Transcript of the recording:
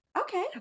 Okay